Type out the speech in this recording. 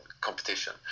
competition